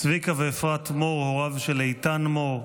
צביקה ואפרת מור, הוריו של איתן מור,